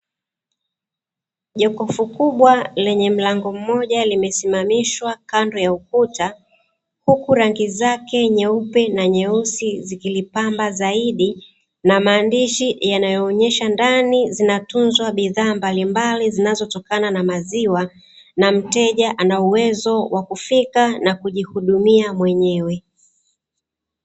Jokofu kubwa lenye mlango mmoja limesimamishwa kando ya ukuta, huku rangi zake nyeupe na nyeusi zikilipamba zaidi. Na maandishi yanayoonyesha ndani zinatunzwa bidhaa mbalimbali zinazotokana na maziwa, na mteja ana uwezo wa kufika na kujihudumia mwenyewe.